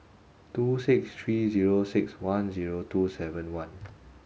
two six three zero six one two seven one